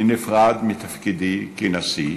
אני נפרד מתפקידי כנשיא,